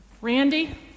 Randy